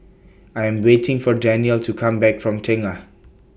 I Am waiting For Danyel to Come Back from Tengah